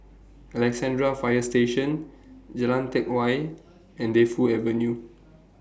Alexandra Fire Station Jalan Teck Whye and Defu Avenue